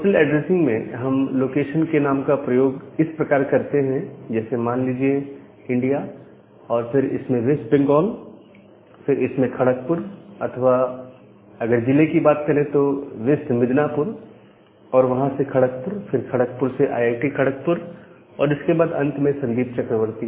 postal addressing में हम location के नाम का प्रयोग इस प्रकार करते हैं जैसे मान लीजिए इंडिया और फिर इसमें वेस्ट बंगाल फिर इसमें खड़कपुर अथवा अगर जिले की बात करें तो वेस्ट मिदनापुर और वहां से यह खड़कपुर फिर खड़कपुर से आईआईटी खड़कपुर और इसके बाद अंत में संदीप चक्रवर्ती